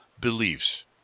beliefs